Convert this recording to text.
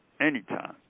Anytime